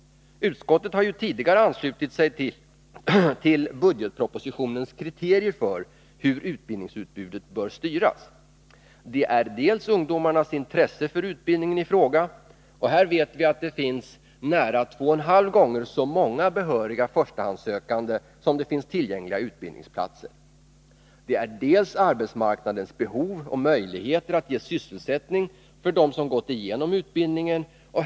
Utskottet har tidigare anslutit sig till de kriterier som anges i budgetpropostionen för hur utbildningsutbudet bör styras. Det är för det första ungdomarnas intresse för utbildningen i fråga. Här vet vi att det finns nära 2,5 gånger så många behöriga förstahandssökande som det finns tillgängliga utbildningsplatser. Det är för det andra arbetsmarknadens behov och möjligheter att ge sysselsättning åt dem som gått igenom utbildningen.